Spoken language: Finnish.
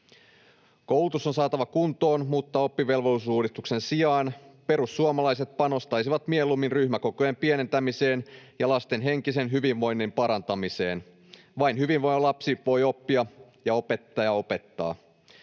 Koulutus on saatava kuntoon, mutta oppivelvollisuusuudistuksen sijaan perussuomalaiset panostaisivat mieluummin ryhmäkokojen pienentämiseen ja lasten henkisen hyvinvoinnin parantamiseen. Vain hyvinvoiva lapsi voi oppia ja opettaja opettaa.